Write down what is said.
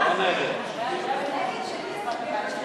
ההצעה להעביר את הצעת